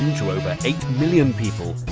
to over eight million people,